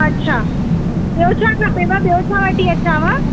अच्छा ॿियो छा खपेव ॿियो छा वठी अचांव